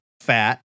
fat